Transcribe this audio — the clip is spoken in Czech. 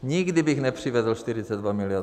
Nikdy bych nepřivedl 42 milionů...